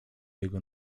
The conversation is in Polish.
jego